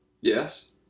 yes